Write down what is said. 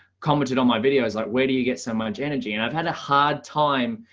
commented on my video is like where do you get so much energy and i've had a hard time